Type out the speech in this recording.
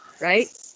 right